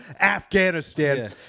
Afghanistan